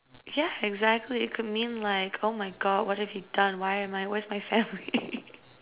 yeah exactly it could mean like oh my god what have you done why am I where's my family